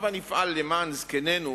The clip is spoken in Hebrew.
הבה נפעל למען זקנינו